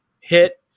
hit